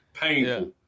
painful